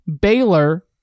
Baylor